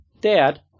dad